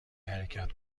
حرکت